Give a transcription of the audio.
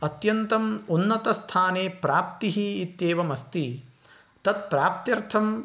अत्यन्तम् उन्नतस्थाने प्राप्तिः इत्येवमस्ति तत्प्राप्त्यर्थम्